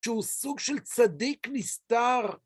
שהוא סוג של צדיק נסתר.